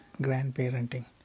grandparenting